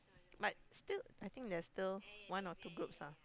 but still I think there's still one or two groups ah